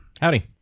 Howdy